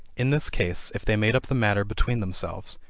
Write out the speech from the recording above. in this case, if they made up the matter between themselves,